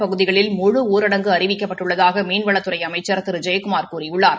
பகுதிகளில் முழு ஊரடங்கு அறிவிக்கப்பட்டுள்ளதாக மீன்வளத்துறை அமைச்ச் திரு ஜெயக்குமார் கூறியுள்ளார்